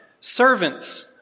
Servants